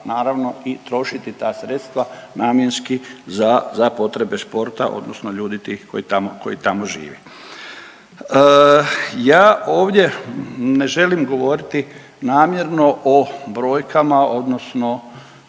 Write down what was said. naravno i trošiti ta sredstva namjenski za, za potrebe sporta odnosno ljudi tih koji tamo, koji tamo živi. Ja ovdje ne želim govoriti namjerno o brojkama odnosno